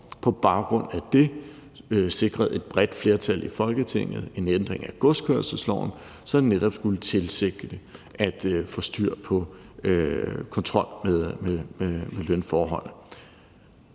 På baggrund af det sikrede et bredt flertal i Folketinget en ændring af godskørselsloven, som netop skulle tilsigte at få styr på og kontrol med lønforhold.